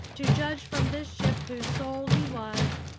to judge from this ship whose soul he was,